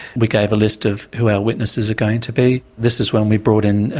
we gave a list of who our witnesses are going to be. this is when we brought in,